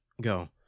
Go